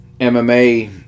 mma